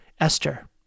Esther